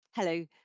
Hello